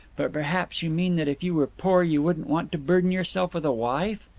but perhaps you mean that if you were poor you wouldn't want to burden yourself with a wife?